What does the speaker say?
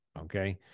okay